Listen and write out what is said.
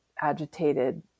agitated